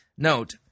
Note